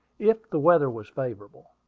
if the weather was favorable.